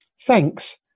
Thanks